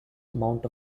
mount